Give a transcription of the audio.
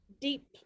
deep